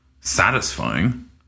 satisfying